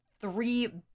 three